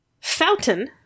fountain